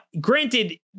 granted